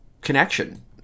connection